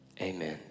amen